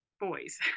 boys